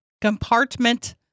compartment